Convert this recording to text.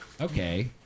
okay